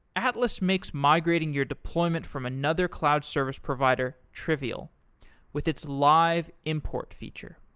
atlas makes migrating your deployment from another cloud service provider trivial with its live import feature